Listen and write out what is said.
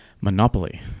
Monopoly